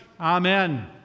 amen